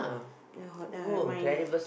the ah mine